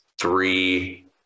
three